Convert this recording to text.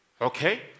Okay